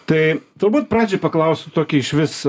tai turbūt pradžiai paklausiu tokį išvis